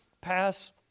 pass